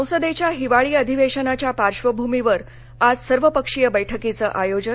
संसदेच्या हिवाळी अधिवेशनाच्या पार्श्वभूमीवर आज सर्वपक्षीय बैठकीचं आयोजन